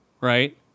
right